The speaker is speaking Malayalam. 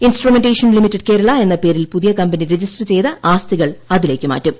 ഇൻസ്ട്രുമെൻറേഷൻ ലിമിറ്റഡ് കേരള എന്ന പേരിൽ പുതിയ കമ്പനി രജിസ്റ്റർ ചെയ്ത് ആസ്തികൾ അതിലേക്ക് മാറ്റും